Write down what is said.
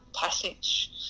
passage